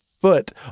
foot